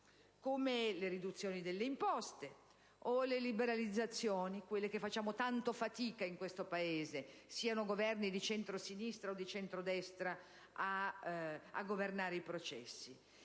come le riduzioni delle imposte o le liberalizzazioni, quelle che facciamo tanto fatica in questo Paese (siano Governi di centrosinistra o di centrodestra) a governare, coperte